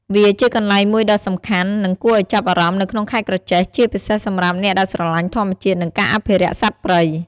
វាជាកន្លែងមួយដ៏សំខាន់ និងគួរឱ្យចាប់អារម្មណ៍នៅក្នុងខេត្តក្រចេះ ជាពិសេសសម្រាប់អ្នកដែលស្រឡាញ់ធម្មជាតិ និងការអភិរក្សសត្វព្រៃ ។